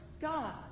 God